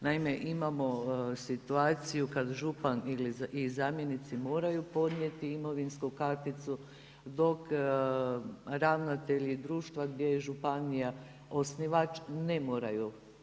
Naime, imamo situaciju kad župan i zamjenici moraju podnijeti imovinsku karticu dok ravnatelji društva gdje je županija osnivač ne moraju.